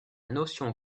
notion